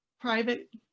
private